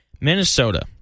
Minnesota